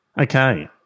Okay